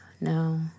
no